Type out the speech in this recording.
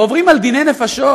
ועוברים על דיני נפשות,